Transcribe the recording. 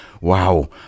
wow